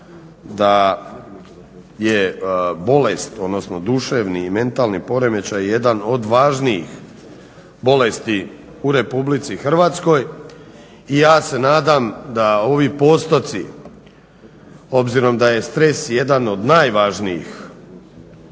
da je bolest, odnosno duševni i mentalni poremećaj jedan od važnijih bolesti u Republici Hrvatskoj i ja se nadam da ovi postoci obzirom da je stres jedan od najvažnijih